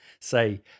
say